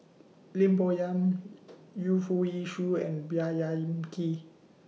Lim Bo Yam Yu Foo Yee Shoon and Yam Keng